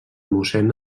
mossèn